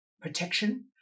protection